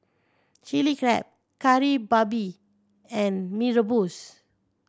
Chilli Crab Kari Babi and Mee Rebus